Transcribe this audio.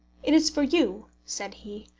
it is for you, said he,